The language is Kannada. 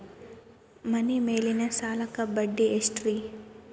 ಮನಿ ಮೇಲಿನ ಸಾಲಕ್ಕ ಬಡ್ಡಿ ಎಷ್ಟ್ರಿ?